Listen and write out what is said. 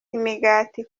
imigati